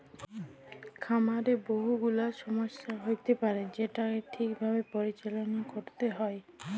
খামারে বহু গুলা ছমস্যা হ্য়য়তে পারে যেটাকে ঠিক ভাবে পরিচাললা ক্যরতে হ্যয়